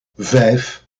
vijf